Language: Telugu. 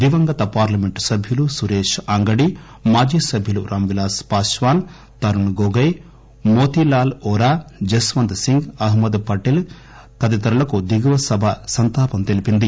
దివంగత పార్టమెంట్ సభ్యులు సురేష్ అంగడి మాజీ సభ్యులు రామ్ విలాస్ పాశ్వాన్ తరుణ్ గొగోయ్ మోతీలాల్ ఓరా జస్వంత్ సింగ్ అహ్మద్ పటేల్ తదితరులకు దిగువ సభ సంతాపం తెలిపింది